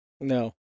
No